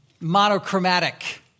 monochromatic